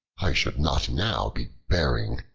i should not now be bearing,